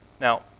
Now